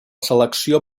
selecció